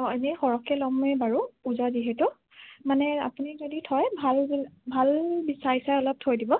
অঁ এনেই সৰহকে ল'মে বাৰু পূজা যিহেতু মানে আপুনি যদি থয় ভাল ভাল ভাল চাই চাই অলপ থৈ দিব